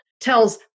tells